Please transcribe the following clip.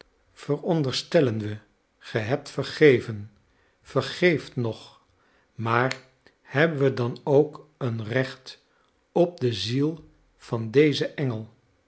we ge hebt vergeven vergeeft nog maar hebben we dan ook een recht op de ziel van dezen engel